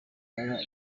arera